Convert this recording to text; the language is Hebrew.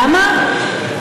למה?